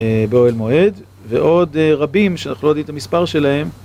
באוהל מועד ועוד רבים שאנחנו לא יודעים את המספר שלהם...